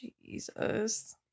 Jesus